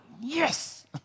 yes